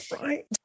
right